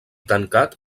tancat